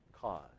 cause